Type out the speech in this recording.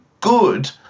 good